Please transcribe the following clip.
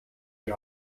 die